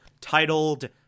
titled